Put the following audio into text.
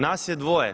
Nas je dvoje.